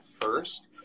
first